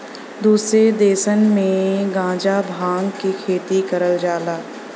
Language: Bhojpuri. दुसरे देसन में गांजा भांग क खेती करल जाला